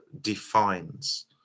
defines